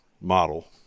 model